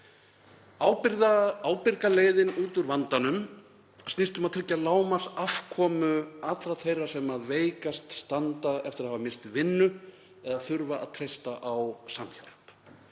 Ábyrga leiðin út úr vandanum snýst um að tryggja lágmarksafkomu þeirra sem veikast standa eftir að hafa misst vinnu eða þurfa að treysta á samhjálp.